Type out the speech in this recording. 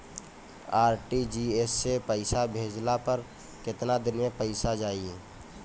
RTGS से पईसा भेजला पर केतना दिन मे पईसा जाई?